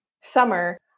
summer